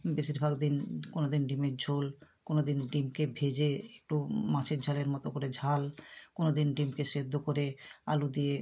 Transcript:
বেশিরভাগ দিন কোনো দিন ডিমের ঝোল কোনো দিন ডিমকে ভেজে একটু মাছের ঝোলের মতো করে ঝাল কোনো দিন ডিমকে সেদ্ধ করে আলু দিয়ে